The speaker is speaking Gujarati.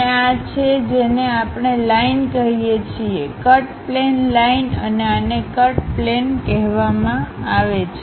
અને આ છે જેને આપણે લાઈન કહીએ છીએ કટ પ્લેન લાઈન અને આને કટ પ્લેન કહેવામાં આવે છે